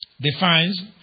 defines